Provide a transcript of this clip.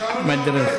כלומר פניך יפות,